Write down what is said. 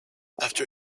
after